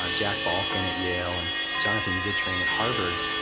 ah jack balkan at yale and jonathan zittrain at harvard,